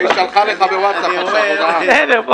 הכול בסדר.